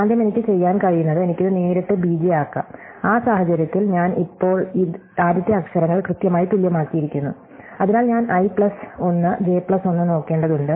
ആദ്യം എനിക്ക് ചെയ്യാൻ കഴിയുന്നത് എനിക്ക് ഇത് നേരിട്ട് b j ആക്കാം ഈ സാഹചര്യത്തിൽ ഞാൻ ഇപ്പോൾ ആദ്യത്തെ അക്ഷരങ്ങൾ കൃത്യമായി തുല്യമാക്കിയിരിക്കുന്നു അതിനാൽ ഞാൻ i പ്ലസ് 1 ജെ പ്ലസ് 1 നോക്കേണ്ടതുണ്ട്